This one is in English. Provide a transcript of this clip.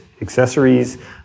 accessories